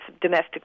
domestic